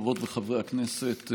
חברות וחברי הכנסת,